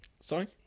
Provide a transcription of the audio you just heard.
Sorry